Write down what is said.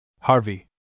Harvey